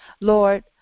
Lord